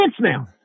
now